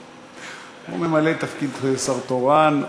הוא ממלא את תפקיד השר התורן,